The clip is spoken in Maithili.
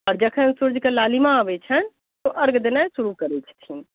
आओर जखन सूयैके लालिमा अबै छै तऽ ओ अर्घ्य देनाइ शुरू करै छथिन